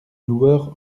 loueur